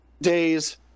days